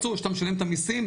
רצו שכשאתה משלם את המיסים,